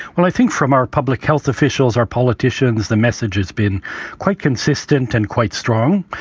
well, i think from our public health officials, our politicians, the message has been quite consistent and quite strong.